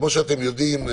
כפי שאתם יודעים,